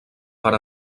per